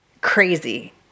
crazy